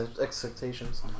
expectations